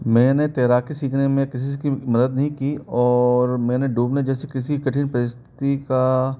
मैंने तैराकी सीखने में किसी की मदद नहीं की और मैं डूबने जैसे किसी कठिन परिस्थिति का